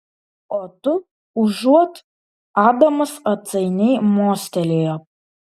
o tu užuot adamas atsainiai mostelėjo